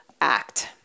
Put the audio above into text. act